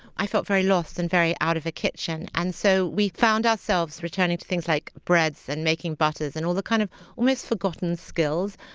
i felt very lost and very out of the kitchen. and so we found ourselves returning to things like breads, and making butters, and all the kind of almost-forgotten skills,